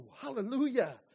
hallelujah